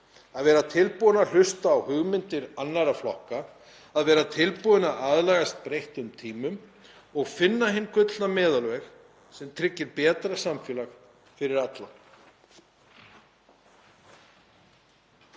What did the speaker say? að vera tilbúinn til að hlusta á hugmyndir annarra flokka, að vera tilbúinn til að aðlagast breyttum tímum og að finna hinn gullna meðalveg sem tryggir betra samfélag fyrir alla.